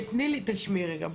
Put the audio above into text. תשמעי רגע.